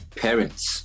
parents